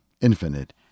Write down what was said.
infinite